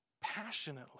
passionately